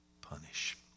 punish